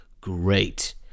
Great